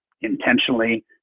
intentionally